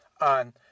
on